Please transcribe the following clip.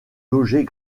logés